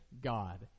god